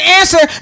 answer